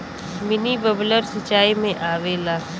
mini bubbler सिचाई में आवेला